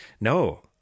no